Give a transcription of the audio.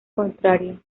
contrario